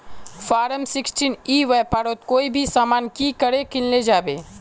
Form sixteen ई व्यापारोत कोई भी सामान की करे किनले जाबे?